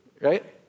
right